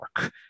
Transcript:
work